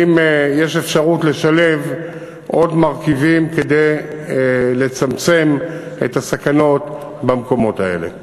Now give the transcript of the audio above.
יש אפשרות לשלב עוד מרכיבים כדי לצמצם את הסכנות במקומות האלה.